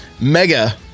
mega